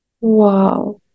Wow